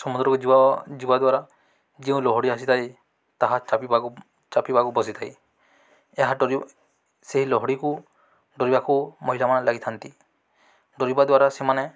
ସମୁଦ୍ରକୁ ଯିବା ଯିବା ଦ୍ୱାରା ଯେଉଁ ଲହଡ଼ି ଆସିଥାଏ ତାହା ଚାପିବାକୁ ଚାପିିବାକୁ ବସିଥାଏ ଏହା ସେହି ଲହଡ଼ିକୁ ଡରିବାକୁ ମହିଳାମାନେ ଲାଗିଥାନ୍ତି ଡରିବା ଦ୍ୱାରା ସେମାନେ